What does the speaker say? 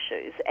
issues